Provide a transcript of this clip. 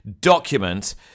document